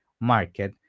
market